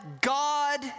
God